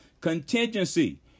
contingency